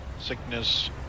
sickness